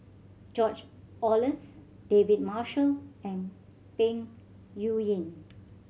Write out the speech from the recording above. George Oehlers David Marshall and Peng Yuyun